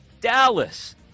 Dallas